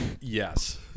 Yes